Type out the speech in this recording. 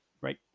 Right